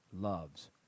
loves